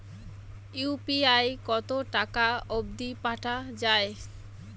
UPI কতো টাকা অব্দি পাঠা যায়?